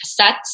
cassettes